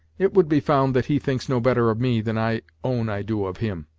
it would be found that he thinks no better of me than i own i do of him.